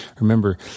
Remember